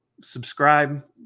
Subscribe